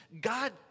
God